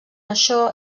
això